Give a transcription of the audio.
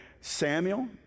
Samuel